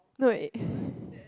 no it